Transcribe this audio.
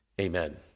Amen